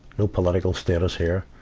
no political status here.